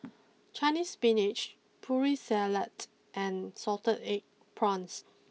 Chinese spinach putri Salad and Salted Egg Prawns